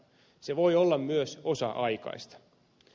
se voi olla myös osa aikaista